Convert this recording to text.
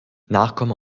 nachkommen